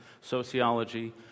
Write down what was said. sociology